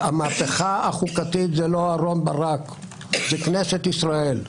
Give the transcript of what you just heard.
המהפכה החוקתית זה לא אהרון ברק; זה כנסת ישראל.